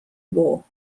war